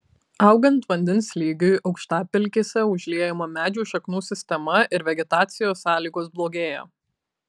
augant vandens lygiui aukštapelkėse užliejama medžių šaknų sistema ir vegetacijos sąlygos blogėja